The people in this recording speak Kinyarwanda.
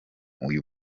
uyu